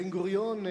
בן-גוריון,